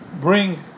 bring